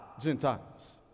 Gentiles